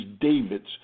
David's